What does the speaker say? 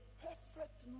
perfect